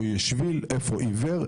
איפה לעיוור,